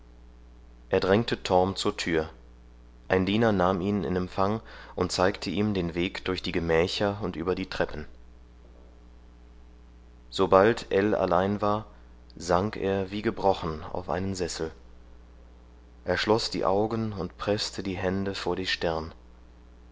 er drängte torm zur tür ein diener nahm ihn in empfang und zeigte ihm den weg durch die gemächer und über die treppen sobald ell allein war sank er wie gebrochen auf einen sessel er schloß die augen und preßte die hände vor die stirn